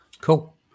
Cool